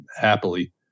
happily